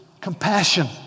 compassion